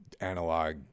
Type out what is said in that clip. analog